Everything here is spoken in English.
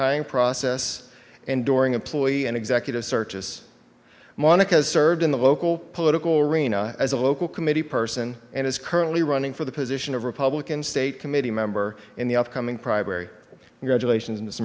hiring process and during a ploy an executive search is monica's served in the local political arena as a local committee person and is currently running for the position of republican state committee member in the upcoming primary graduations